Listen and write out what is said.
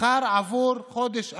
השכר לחודש אפריל,